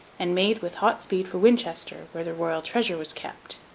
and made with hot speed for winchester, where the royal treasure was kept.